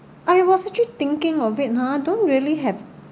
I was actually thinking of it ha don't really have